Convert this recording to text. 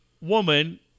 woman